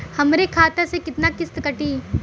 हमरे खाता से कितना किस्त कटी?